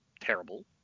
terrible